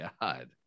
God